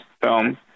film